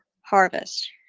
harvest